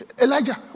Elijah